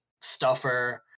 stuffer